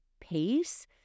pace